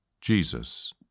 Jesus